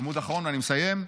עמוד אחרון ואני מסיים.